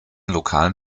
lokalen